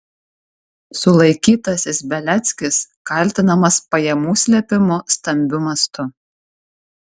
sulaikytasis beliackis kaltinamas pajamų slėpimu stambiu mastu